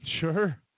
Sure